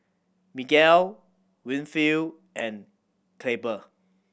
Miguel Winfield and Clabe